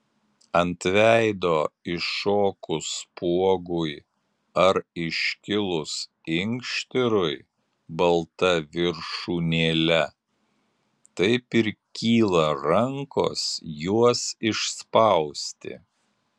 ant veido iššokus spuogui ar iškilus inkštirui balta viršūnėle taip ir kyla rankos juos išspausti